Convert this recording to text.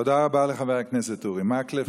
תודה רבה לחבר הכנסת אורי מקלב.